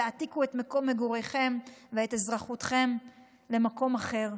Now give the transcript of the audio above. תעתיקו את מקום מגוריכם ואת אזרחותכם למקום אחר,